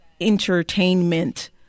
entertainment